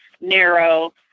narrow